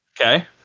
Okay